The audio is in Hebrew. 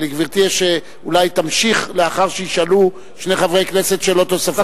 גברתי אולי תמשיך לאחר שישאלו שני חברי כנסת שאלות נוספות.